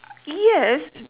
yes